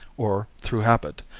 or through habit,